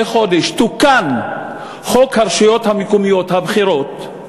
חודש תוקן חוק הרשויות המקומיות (בחירות)